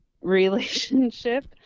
relationship